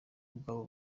ubwabo